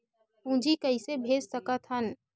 पूंजी कइसे भेज सकत हन?